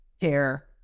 care